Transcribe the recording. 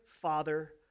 Father